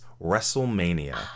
wrestlemania